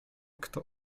kto